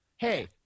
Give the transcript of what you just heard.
Hey